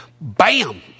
Bam